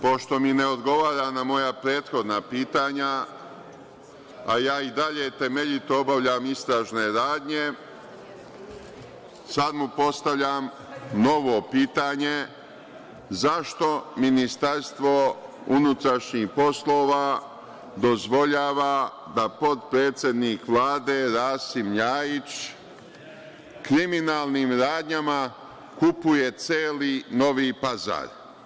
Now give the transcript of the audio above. Pošto mi ne odgovara na moja prethodna pitanja, a ja i dalje temeljito obavljam istražne radnje, sad mu postavljam novo pitanje – zašto MUP dozvoljava da potpredsednik Vlade Rasim Ljajić kriminalnim radnjama kupuje celi Novi Pazar?